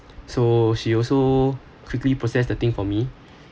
so she also quickly process the thing for me